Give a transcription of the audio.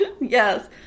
yes